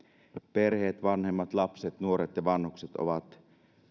perheet vanhemmat lapset nuoret ja vanhukset ovat